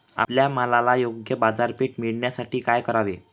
आपल्या मालाला योग्य बाजारपेठ मिळण्यासाठी काय करावे?